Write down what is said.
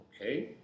Okay